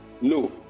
No